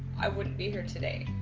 i wouldn't be here today.